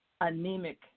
anemic